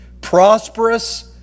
Prosperous